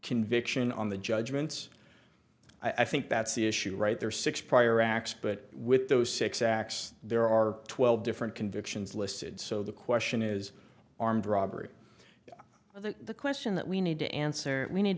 conviction on the judgments i think that's the issue right there are six prior acts but with those six acts there are twelve different convictions listed so the question is armed robbery the question that we need to answer we need